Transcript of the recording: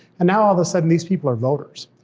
and now all of a sudden, these people are voters,